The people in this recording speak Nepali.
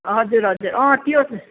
हजुर हजुर अँ त्यो